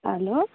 hello